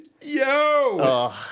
Yo